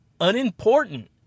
unimportant